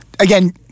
Again